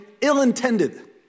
ill-intended